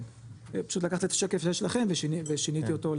פשוט לקחתי את השקף שיש לכם ושיניתי אותו,